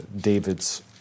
David's